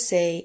Say